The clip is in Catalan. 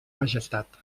majestat